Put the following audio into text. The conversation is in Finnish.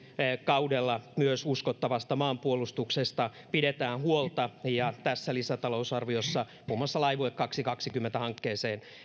kaudella myös uskottavasta maanpuolustuksesta pidetään huolta ja tässä lisätalousarviossa muun muassa laivue kaksituhattakaksikymmentä hankkeeseen